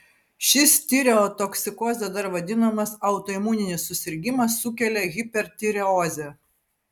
šis tireotoksikoze dar vadinamas autoimuninis susirgimas sukelia hipertireozę